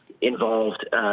involved